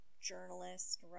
journalist